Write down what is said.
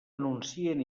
anuncien